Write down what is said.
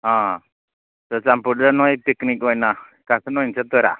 ꯑꯥ ꯆꯨꯔꯆꯥꯟꯄꯨꯔꯗ ꯅꯈꯣꯏ ꯄꯤꯛꯀꯅꯤꯛ ꯑꯣꯏꯅ ꯑꯦꯛꯁꯀꯥꯔꯁꯟ ꯑꯣꯏꯅ ꯆꯠꯇꯣꯏꯔꯥ